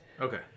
okay